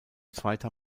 zweiter